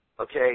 Okay